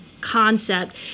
concept